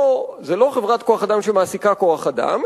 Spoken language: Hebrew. זו לא חברת כוח-אדם שמעסיקה כוח-אדם,